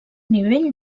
nivell